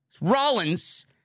Rollins